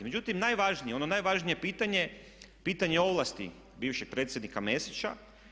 Međutim, najvažnije, ono najvažnije pitanje, pitanje ovlasti bivšeg predsjednika Mesića.